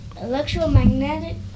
electromagnetic